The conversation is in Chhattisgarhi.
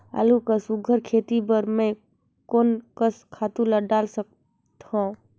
आलू कर सुघ्घर खेती बर मैं कोन कस खातु ला डाल सकत हाव?